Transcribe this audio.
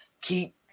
keep